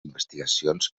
investigacions